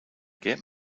get